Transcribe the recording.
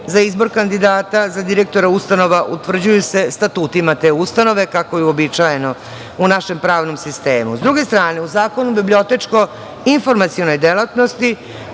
za izbor kandidata za direktora ustanova utvrđuju se statutima te ustanove, kako je uobičajeno u našem pravnom sistemu.S druge strane, u Zakonu o bibliotečko-informacionoj delatnosti,